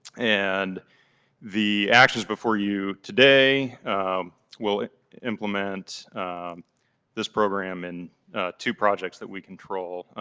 and the actions before you today will implement this program and two projects that we control,